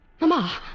Mama